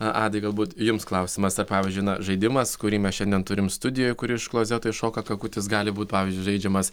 na adai galbūt jums klausimas ar pavyzdžiui na žaidimas kurį mes šiandien turim studijoj kur iš klozeto iššoka kakutis gali būt pavyzdžiui žaidžiamas